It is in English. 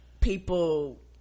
people